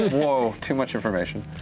whoa, too much information.